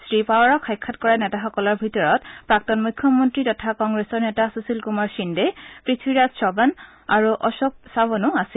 শ্ৰীপাৱাৰক সাক্ষাৎ কৰা নেতাসকলৰ ভিতৰত প্ৰাক্তন মুখ্যমন্ত্ৰী তথা কংগ্ৰেছৰ নেতা সুশীল কুমাৰ সিন্ধে পৃথিৰাজ চৌহান আৰু অশোক চাৱনো আছিল